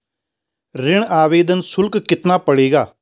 ऋण आवेदन शुल्क कितना पड़ेगा?